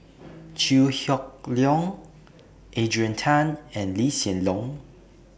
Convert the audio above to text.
Chew Hock Leong Adrian Tan and Lee Hsien Loong